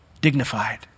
dignified